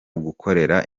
gukorera